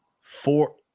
Four